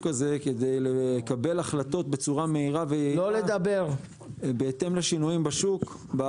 הזה כדי לקבל החלטות בצורה מהירה ויעילה בהתאם לשינויים בשוק.